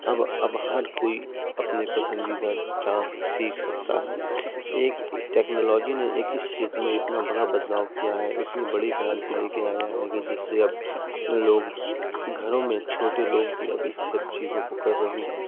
اب اب ہر کوئی اپنے پسندیدہ ڈانس کو سیکھ سکتا ہے ایک ٹیکنالوجی نے ایک اس چھیتر میں اتنا بڑا بدلاؤ کیا ہے اتنی بڑی کرانتی لے کے آیا ہے کہ جس سے اب لوگ گھروں میں چھوٹے لوگ بھی اب اس سب چیزوں کو کر رہے ہیں